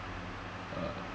uh